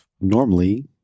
Normally